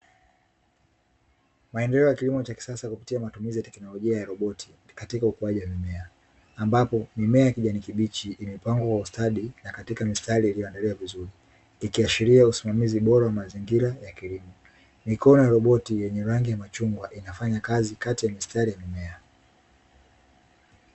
Maendeleo ya kilimo cha kisasa kupitia matumizi ya tekinolojia ya roboti katika ukuaji wa mimea, ambapo mimea ya kijani kibichi imepandwa kwa ustadi na katika mistari iliyoandaliwa vizuri ikiashiri usimamizi bora wa mazingira katika kilimo. Mikono ya roboti yenye rangi ya machungwa inafanya kazi kati ya mistari ya mimea.